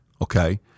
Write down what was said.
okay